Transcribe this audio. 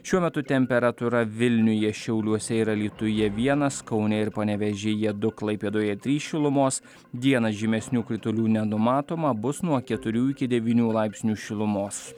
šiuo metu temperatūra vilniuje šiauliuose ir alytuje vienas kaune ir panevėžyje du klaipėdoje trys šilumos dieną žymesnių kritulių nenumatoma bus nuo keturių iki devynių laipsnių šilumos